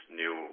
new